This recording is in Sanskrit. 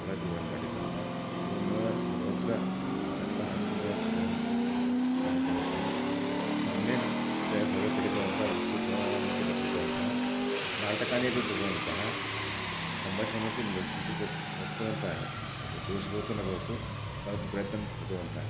तत्रापि वयं पाठितवन्तः एवमेव सर्वत्र सप्ताहात्मकशिबिरं चालितवन्तः सम्यक्तया सर्वे पठितवन्तः उत्सुकामपि दर्शितवन्तः नाटकानि अपि कृतवन्तः सम्भाषणमपि किञ्चित् उक्तवन्तः तत्र दोषः भवतु न भवतु परन्तु प्रयत्नं कृतवन्तः